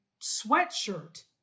sweatshirt